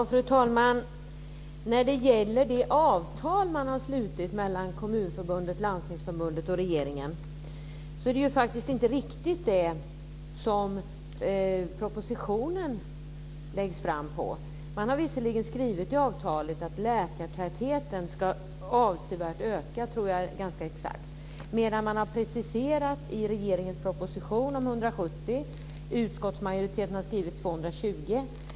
Fru talman! Det avtal man har slutit mellan Kommunförbundet, Landstingsförbundet och regeringen är faktiskt inte riktigt det som propositionen baseras på. Man har visserligen skrivit i avtalet att läkartätheten ska avsevärt öka - tror jag att det står ganska exakt. Men i regeringens proposition har man preciserat det till 170. Utskottsmajoriteten har skrivit 220.